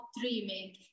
dreaming